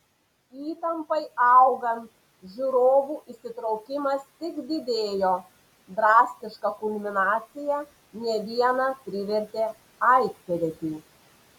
įtampai augant žiūrovų įsitraukimas tik didėjo drastiška kulminacija ne vieną privertė aiktelėti